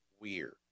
weird